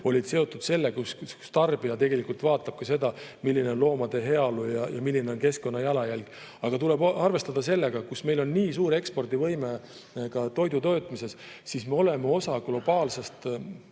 olid seotud sellega, kuidas tarbija tegelikult vaatab seda, milline on loomade heaolu ja milline on keskkonnajalajälg. Aga tuleb arvestada sellega, et kuna meil on nii suur ekspordivõime toidutootmises, siis me oleme osa globaalsest